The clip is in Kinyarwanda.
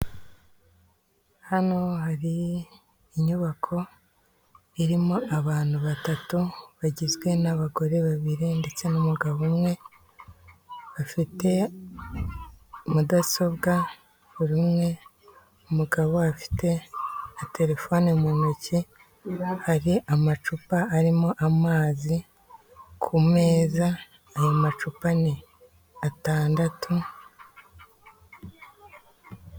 Umuhanda w'igitaka iburyo bwawo n'ibumoso hari amazu agiye atandukanye. Ndahabona igipangu cy'amabara y'icyatsi ndetse iyo nzu isakaje amabati atukura. Hakurya y'umuhanda hari umukindo mwiza uri imbere y'igipangu cy'amatafari.